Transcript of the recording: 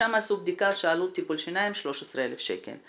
ושם עשו בדיקה שעלות טיפול השיניים 13,000 שקל.